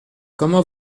comment